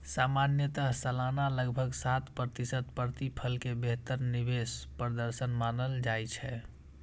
सामान्यतः सालाना लगभग सात प्रतिशत प्रतिफल कें बेहतर निवेश प्रदर्शन मानल जाइ छै